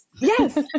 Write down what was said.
Yes